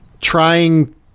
trying